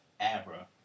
Abra